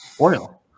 oil